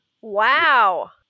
Wow